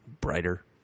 brighter